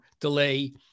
delay